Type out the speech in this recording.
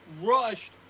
Rushed